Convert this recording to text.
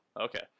okay